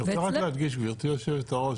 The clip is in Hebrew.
אני רוצה רק להדגיש גברתי יושבת הראש,